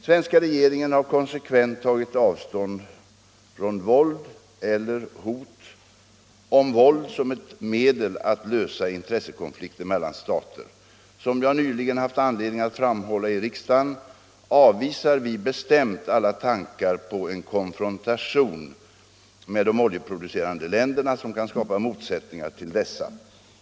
Svenska regeringen har konsekvent tagit avstånd från våld eller hot om våld som ett medel att lösa intressekonflikter mellan stater. Som jag nyligen haft anledning att framhålla i riksdagen avvisar vi bestämt alla tankar på en konfrontation med de oljeproducerande länderna som kan skapa motsättningar till dessa.